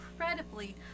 incredibly